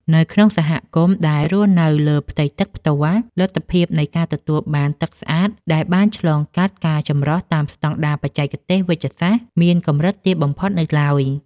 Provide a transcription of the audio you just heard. នៅក្នុងសហគមន៍ដែលរស់នៅលើផ្ទៃទឹកផ្ទាល់ លទ្ធភាពនៃការទទួលបានទឹកស្អាតដែលបានឆ្លងកាត់ការចម្រោះតាមស្តង់ដារបច្ចេកទេសវេជ្ជសាស្ត្រ មានកម្រិតទាបបំផុតនៅឡើយ។